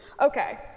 Okay